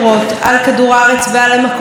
אנחנו עומדים בפני קטסטרופה.